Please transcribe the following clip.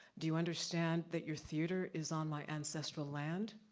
do you understand that your theater is on my ancestral land?